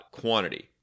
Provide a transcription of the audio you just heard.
quantity